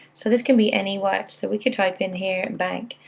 so this can be anyone. we could type in here bank,